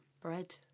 bread